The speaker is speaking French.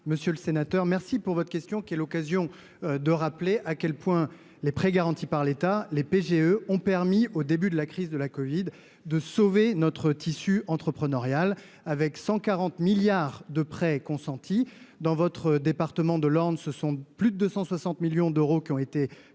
Monsieur le Sénateur merci pour votre question qui est l'occasion de rappeler à quel point les prêts garantis par l'État, les PGE ont permis au début de la crise de la Covid de sauver notre tissu entrepreneurial avec 140 milliards de prêts consentis dans votre département de l'Orne, ce sont plus de 160 millions d'euros qui ont été prêtés